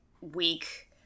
week